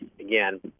again